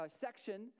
section